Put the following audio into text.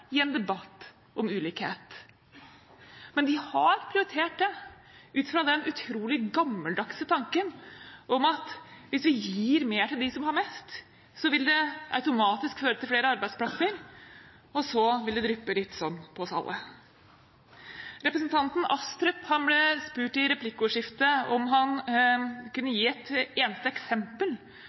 i en debatt om ulikhet. Men de har prioritert det, ut fra den utrolig gammeldagse tanken at hvis vi gir mer til dem som har mest, vil det automatisk føre til flere arbeidsplasser, og så vil det dryppe litt på oss alle. Representanten Astrup ble spurt i replikkordskiftet om han kunne gi et eneste eksempel